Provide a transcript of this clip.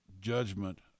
judgment